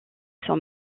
sont